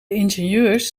ingenieurs